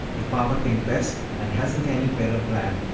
if papa thinks best and hasn't any better plan.